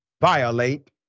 violate